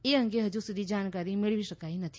એ અંગે હજુ જાણકારી મેળવી શકાઈ નથી